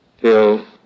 till